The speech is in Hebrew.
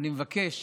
אני מבקש,